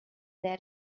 there